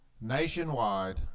nationwide